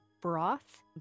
broth